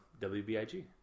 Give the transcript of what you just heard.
WBIG